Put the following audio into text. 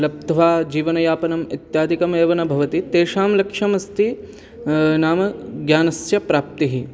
लब्ध्वा जीवनयापनम् इत्यादिकमेव न भवति तेषां लक्ष्यम् अस्ति नाम ज्ञानस्य प्राप्तिः